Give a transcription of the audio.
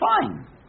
fine